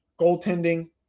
goaltending